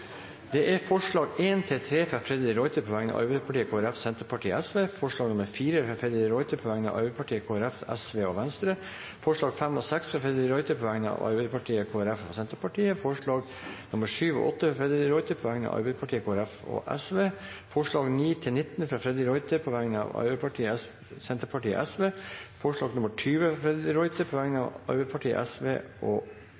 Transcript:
alt 42 forslag. Det er forslagene nr. 1–3, fra Freddy de Ruiter på vegne av Arbeiderpartiet, Kristelig Folkeparti, Senterpartiet og Sosialistisk Venstreparti forslag nr. 4, fra Freddy de Ruiter på vegne av Arbeiderpartiet, Kristelig Folkeparti, Venstre og Sosialistisk Venstreparti forslagene nr. 5 og 6, fra Freddy de Ruiter på vegne av Arbeiderpartiet, Kristelig Folkeparti og Senterpartiet forslagene nr. 7 og 8, fra Freddy de Ruiter på vegne av Arbeiderpartiet, Kristelig Folkeparti og Sosialistisk Venstreparti forslagene nr. 9–19, fra Freddy de Ruiter på vegne av Arbeiderpartiet, Senterpartiet og